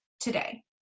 today